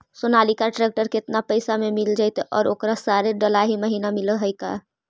Sonalika tractor केतना पैसा में मिल जइतै और ओकरा सारे डलाहि महिना मिलअ है का?